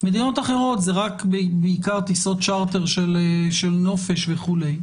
מדינות אחרות זה בעיקר טיסות צ'רטר של נופש וכו'.